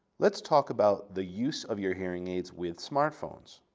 let's talk about the use of your hearing aids with smartphones.